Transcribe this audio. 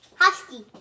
Husky